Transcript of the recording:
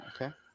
okay